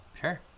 sure